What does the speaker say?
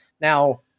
now